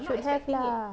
should have lah